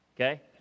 okay